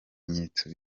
bimenyetso